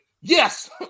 yes